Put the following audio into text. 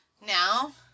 now